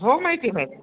हो माहिती आहे माहिती आहे